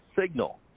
signal